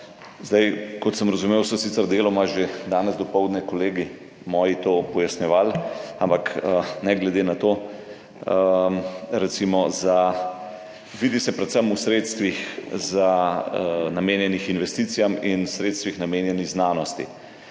Kot sem razumel, so sicer deloma že danes dopoldne moji kolegi to pojasnjevali, ampak ne glede na to, vidi se predvsem v sredstvih, namenjenih investicijam, in sredstvih, namenjenih znanosti.